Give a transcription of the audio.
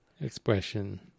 expression